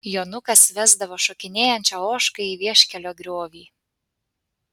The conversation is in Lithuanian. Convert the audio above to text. jonukas vesdavo šokinėjančią ožką į vieškelio griovį